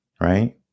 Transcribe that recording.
right